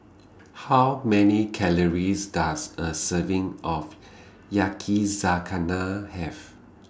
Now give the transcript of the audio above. How Many Calories Does A Serving of Yakizakana Have